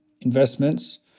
investments